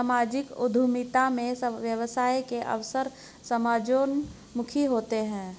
सामाजिक उद्यमिता में व्यवसाय के अवसर समाजोन्मुखी होते हैं